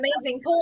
amazing